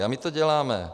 A my to děláme.